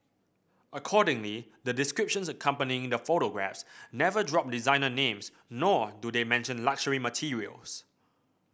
accordingly the descriptions accompanying the photographs never drop designer names nor do they mention luxury materials